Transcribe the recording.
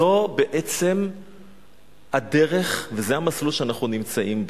זו בעצם הדרך וזה המסלול שאנחנו נמצאים בו.